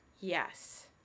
yes